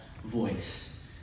Voice